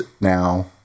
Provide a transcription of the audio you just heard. now